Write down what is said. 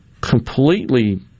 completely